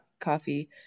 coffee